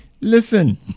Listen